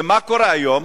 ומה קורה היום?